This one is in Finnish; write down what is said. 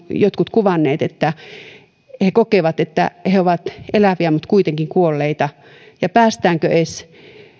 jotkut ovat kuvanneet että he kokevat että he ovat eläviä mutta kuitenkin kuolleita jos päästään edes